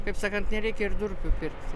kaip sakant nereikia ir durpių pirkti